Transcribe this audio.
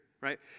Right